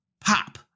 pop